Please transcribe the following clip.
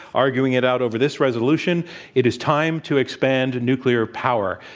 arguing it out over this resolution it is time to expand nuclear power.